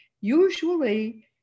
usually